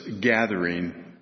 gathering